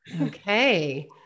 Okay